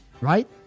right